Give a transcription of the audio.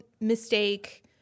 mistake